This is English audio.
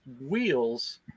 wheels